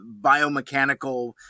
biomechanical